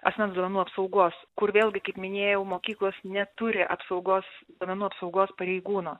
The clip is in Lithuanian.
asmens duomenų apsaugos kur vėlgi kaip minėjau mokyklos neturi apsaugos duomenų apsaugos pareigūno